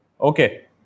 Okay